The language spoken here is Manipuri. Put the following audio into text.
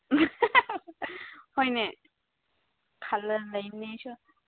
ꯍꯣꯏꯅꯦ ꯈꯜꯂ ꯂꯩꯕꯅꯤ ꯑꯩꯁꯨ